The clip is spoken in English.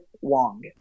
Wong